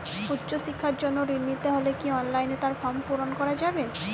উচ্চশিক্ষার জন্য ঋণ নিতে হলে কি অনলাইনে তার ফর্ম পূরণ করা যাবে?